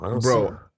bro